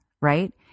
right